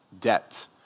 debt